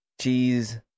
cheese